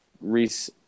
Reese